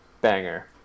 banger